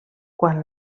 quan